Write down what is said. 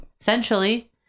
Essentially